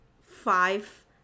five